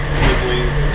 siblings